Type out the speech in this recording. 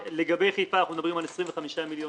מדברים על 16 מיליון